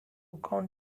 count